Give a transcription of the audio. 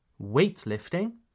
weightlifting